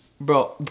Bro